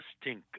stink